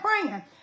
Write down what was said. praying